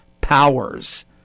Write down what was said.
Powers